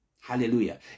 Hallelujah